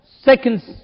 Second